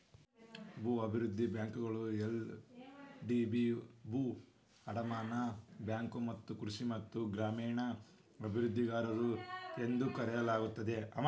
ಭೂ ಅಭಿವೃದ್ಧಿ ಬ್ಯಾಂಕುಗಳನ್ನ ಎಲ್.ಡಿ.ಬಿ ಭೂ ಅಡಮಾನ ಬ್ಯಾಂಕು ಮತ್ತ ಕೃಷಿ ಮತ್ತ ಗ್ರಾಮೇಣ ಅಭಿವೃದ್ಧಿಗಾರರು ಎಂದೂ ಕರೆಯಲಾಗುತ್ತದೆ